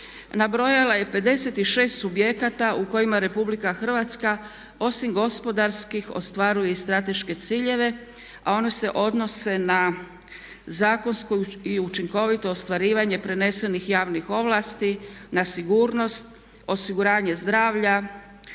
nabrojala je 56 subjekata u kojima RH osim gospodarskih ostvaruje i strateške ciljeve a oni se odnose na zakonsko i učinkovito ostvarivanje prenesenih javnih ovlasti, na sigurnost, osiguranje zdravlja,